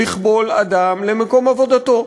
לכבול אדם למקום עבודתו.